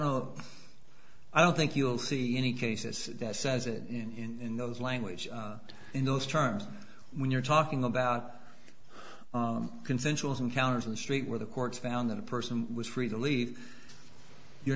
know i don't think you'll see any cases that says it in those language in those terms when you're talking about consensual encounters in the street where the courts found that a person was free to leave you